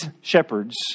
shepherds